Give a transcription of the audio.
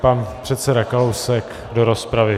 Pan předseda Kalousek do rozpravy.